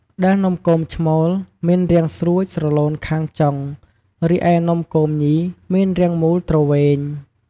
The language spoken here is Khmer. ដែលនំគមឈ្មោល មានរាងស្រួចស្រឡូនខាងចុង រីឯនំគមញី មានរាងមូលទ្រវែង។